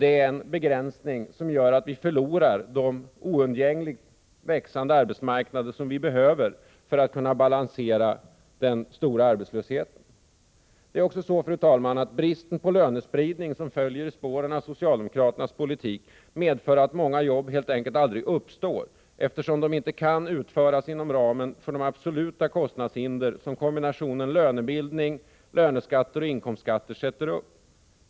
Det är en begränsning som gör att vi förlorar de oundgängligen växande arbetsmarknader vi behöver för att kunna balansera den stora arbetslösheten. Den brist på lönespridning som följer av socialdemokraternas politik medför att många jobb helt enkelt aldrig uppstår, eftersom de inte kan utföras inom ramen för absoluta kostnadshinder som kombinationen av lönebildning, löneskatter och inkomstskatter sätter upp.